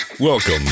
Welcome